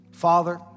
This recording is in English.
Father